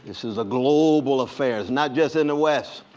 is a global affair. it's not just in the west.